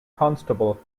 constable